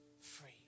free